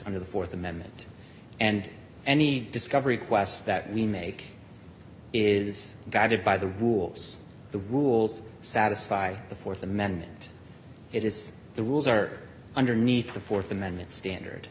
of the th amendment and any discovery quest that we make is guided by the rules the rules satisfy the th amendment it is the rules are underneath the th amendment standard